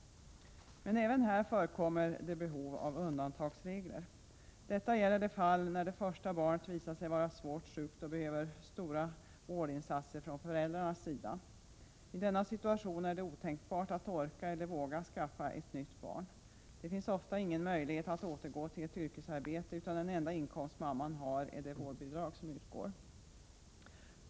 Även i detta sammanhang förekommer det emellertid behov av undantagsregler. Detta gäller de fall då det första barnet visat sig vara svårt sjukt och behöva stora vårdinsatser från föräldrarna. I denna situation är det otänkbart att orka eller våga skaffa ett barn till. Det finns ofta ingen möjlighet att återgå till ett yrkesarbete, utan den enda inkomst mamman har är det vårdbidrag som utgår.